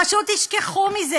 פשוט תשכחו מזה,